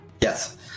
Yes